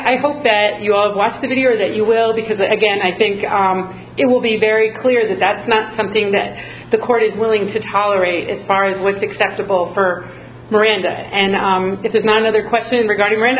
i hope that you all watch the video that you will because again i think it will be very clear that that's not something that the court is willing to tolerate as far as what's acceptable for miranda and if another question regarding